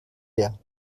leer